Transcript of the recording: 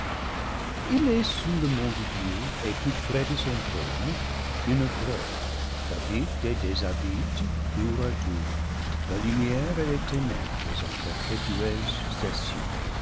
il est sous le mont de dieu et tout près de son trône une grotte qu'habitent et déshabitent tour à tour la lumière et les ténèbres en perpétuelle succession